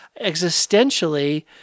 Existentially